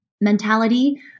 mentality